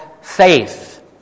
faith